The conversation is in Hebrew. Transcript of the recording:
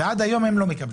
ועד היום הם לא מקבלים.